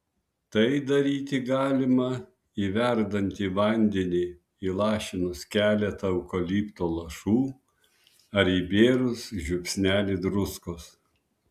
tai daryti galima į verdantį vandenį įlašinus keletą eukalipto lašų ar įbėrus žiupsnelį druskos